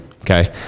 Okay